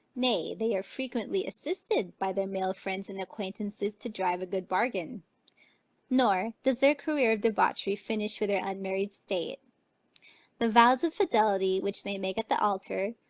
nay, they are frequently assisted by their male friends and acquaintances to drive a good bargain nor does their career of debauchery finish with their unmarried state the vows of fidelity which they make at the altar,